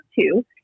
two